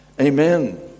Amen